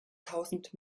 tausend